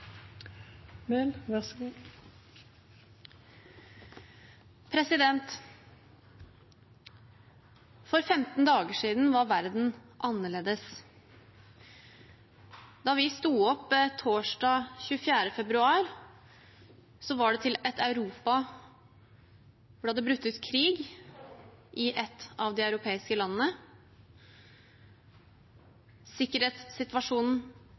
vi sto opp torsdag 24. februar, var det til et Europa der det hadde brutt ut krig i et av de europeiske